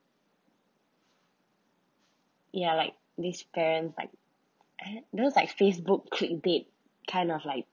ya like these parents like I don't those like facebook clickbait kind of like